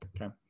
Okay